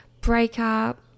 breakup